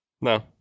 No